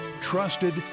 Trusted